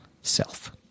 self